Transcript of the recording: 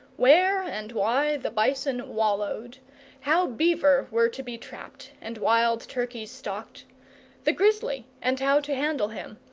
where and why the bison wallowed how beaver were to be trapped and wild turkeys stalked the grizzly and how to handle him,